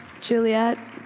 Juliet